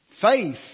Faith